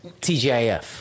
TGIF